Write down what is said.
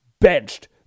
benched